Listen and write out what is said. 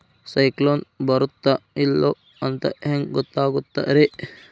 ಸೈಕ್ಲೋನ ಬರುತ್ತ ಇಲ್ಲೋ ಅಂತ ಹೆಂಗ್ ಗೊತ್ತಾಗುತ್ತ ರೇ?